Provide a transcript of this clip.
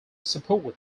support